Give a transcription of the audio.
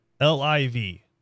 L-I-V